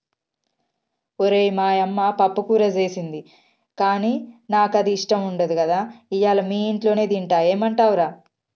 ఓరై మా యమ్మ పప్పుకూర సేసింది గానీ నాకు అది ఇష్టం ఉండదు కదా ఇయ్యల మీ ఇంట్లోనే తింటా ఏమంటవ్ రా